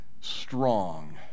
strong